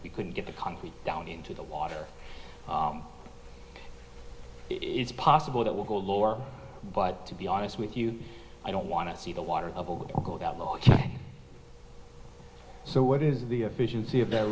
couldn't get the concrete down into the water it is possible that will go lower but to be honest with you i don't want to see the water levels go that low so what is the efficiency of the